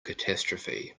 catastrophe